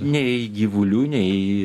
nei gyvulių nei